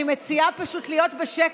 אני מציעה פשוט להיות בשקט,